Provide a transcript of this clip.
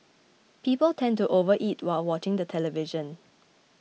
people tend to overeat while watching the television